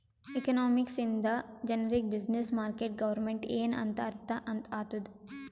economics ಇಂದ ಜನರಿಗ್ business, market, government ಎನ್ ಅಂತ್ ಅರ್ಥ ಆತ್ತುದ್